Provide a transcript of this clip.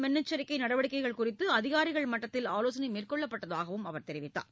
முன்னெச்சரிக்கைநடவடிக்கைகள் குறித்துஅதிகாரிகள் புயல் மட்டத்தில் ஆலோசனைமேற்கொள்ளப்பட்டதாகவும் அவர் கூறினார்